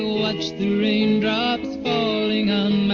watch the raindrops falling on